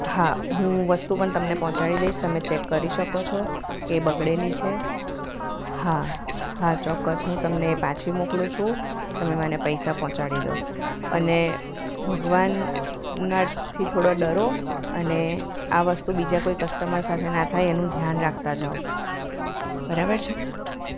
હા હું વસ્તુ પણ તમને પહોંચાડી દઇશ તમે ચેક કરી શકો છો કે એ બગડેલી છે હા હા ચોક્કસ હું તમને એ પાછી મોકલું છું તમે મને પૈસા પહોંચાડી દો અને ભગવાનનાં થી થોડા ડરો અને આ વસ્તુ બીજા કોઈ કસ્ટમર સાથે ના થાય એનું ધ્યાન રાખતા જાઓ બરાબર છે